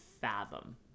fathom